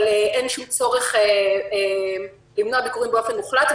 אבל אין שום צורך למנוע ביקורים באופן מוחלט.